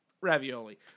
Ravioli